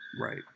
Right